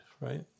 right